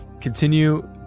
Continue